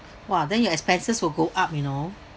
!wah! then your expenses will go up you know